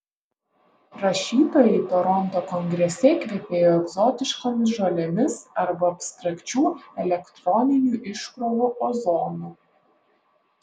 rašytojai toronto kongrese kvepėjo egzotiškomis žolėmis arba abstrakčių elektroninių iškrovų ozonu